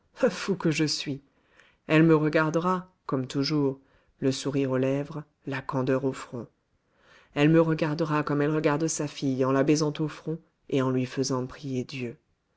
fou que je suis elle me regardera comme toujours le sourire aux lèvres la candeur au front elle me regardera comme elle regarde sa fille en la baisant au front et en lui faisant prier dieu